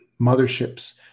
motherships